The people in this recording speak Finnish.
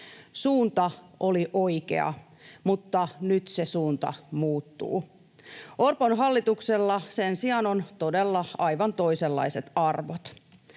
Suunta oli oikea, mutta nyt se suunta muuttuu. Orpon hallituksella sen sijaan on todella aivan toisenlaiset arvot.